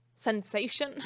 sensation